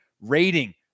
rating